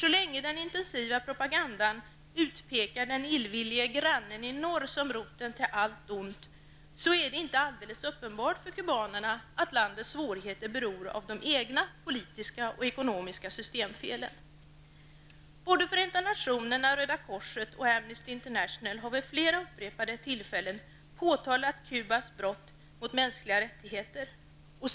Så länge den intensiva propagandan utpekar den illvillige grannen i norr som roten till allt ont är det inte alldeles uppenbart för kubanerna att landets svårigheter beror av de egna politiska och ekonomiska systemfelen. Både Förenta nationerna, Röda korset och Amesty international har vid flera upprepade tillfällen påtalat Kubas brott mot mänskliga rättigheter.